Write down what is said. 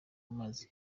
mazi